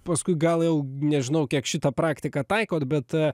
paskui gal jau nežinau kiek šitą praktiką taikot bet